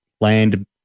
land